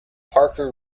parker